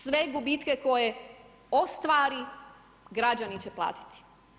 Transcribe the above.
Sve gubitke koje ostvari, građani će platiti.